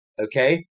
Okay